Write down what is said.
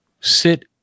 sit